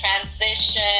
transition